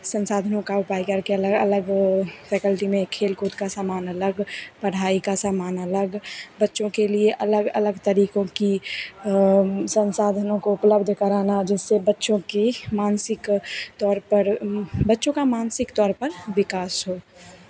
संसाधनों का उपाय करके अलग अलग फै़कल्टी में खेलकूद का सामान अलग पढ़ाई का सामान अलग बच्चों के लिए अलग अलग तरीकों की संसाधनों को उपलब्ध कराना जिससे बच्चों की मानसिक तौर पर बच्चों का मानसिक तौर पर विकास हो